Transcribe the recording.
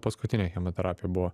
paskutinė chemoterapija buvo